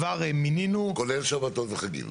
כולל שבתות וחגים.